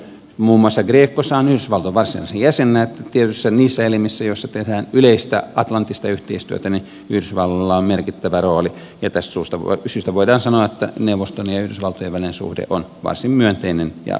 muun muassa grecossa yhdysvallat on varsinaisena jäsenenä ja tietysti niissä elimissä joissa tehdään yleistä atlanttista yhteistyötä yhdysvalloilla on merkittävä rooli ja tästä syystä voidaan sanoa että neuvoston ja yhdysvaltojen välinen suhde on varsin myönteinen ja rakentava